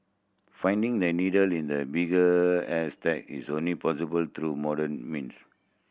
finding they needle in the bigger is only possible through modern means